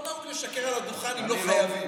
לא נהוג לשקר מעל הדוכן אם לא חייבים.